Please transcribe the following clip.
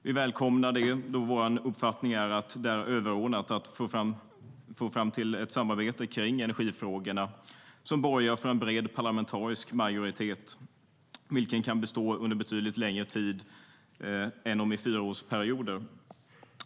Vi välkomnar det då vår uppfattning är att det är överordnat att få fram ett samarbete kring energifrågorna som borgar för en bred parlamentarisk majoritet vilken kan bestå under betydligt längre tid än fyraårsperioder.